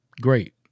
great